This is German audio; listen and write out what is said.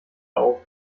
auf